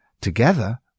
Together